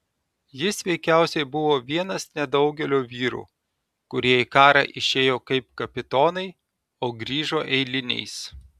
jis veikiausiai buvo vienas nedaugelio vyrų kurie į karą išėjo kaip kapitonai o grįžo eiliniais